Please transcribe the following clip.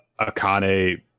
Akane